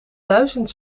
duizend